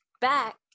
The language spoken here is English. back